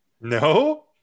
No